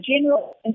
general